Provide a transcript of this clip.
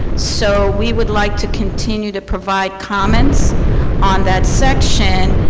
so we would like to continue to provide comments on that section.